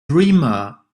dreamer